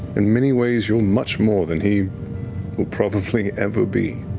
in many ways, you're much more than he will probably ever be.